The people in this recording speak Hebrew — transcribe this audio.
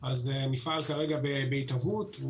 המפעל כרגע בהתהוות.